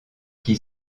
qui